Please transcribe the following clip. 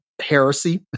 heresy